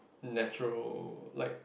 natural like